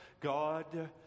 God